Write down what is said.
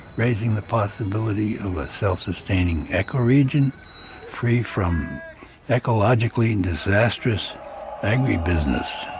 raising the possibility of a self-sustaining eco-region free from ecologically and disastrous agribusiness.